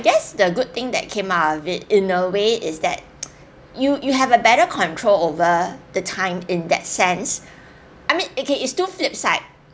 guess the good thing that came out of it in a way is that you you have a better control over the time in that sense I mean okay you still flip side